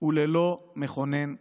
וללא מכונן צעד.